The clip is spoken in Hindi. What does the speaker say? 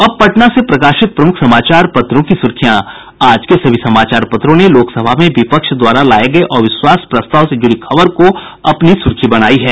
अब पटना से प्रकाशित प्रमुख समाचार पत्रों की सुर्खियां आज के सभी समाचार पत्रों ने लोकसभा में विपक्ष द्वारा लाये गये अविश्वास प्रस्ताव से जुड़ी खबर को अपनी सुर्खी बनायी है